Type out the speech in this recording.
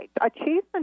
achievement